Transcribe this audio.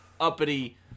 uppity